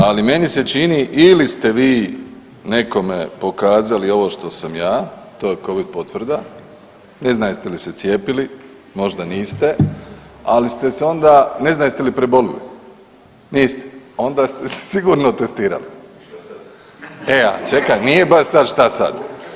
Ali meni se čini ili ste vi nekome pokazali ovo što sam ja, to je Covid potvrda, ne znam jeste li se cijepili, možda niste, ali ste se onda, ne znam jeste li prebolili, niste, onda ste se sigurno testirali [[Upadica: I šta sad?.]] e a čekaj nije baš šta sad.